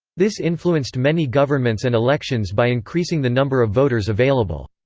this influenced many governments and elections by increasing the number of voters available.